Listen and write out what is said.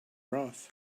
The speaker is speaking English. broth